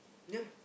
ya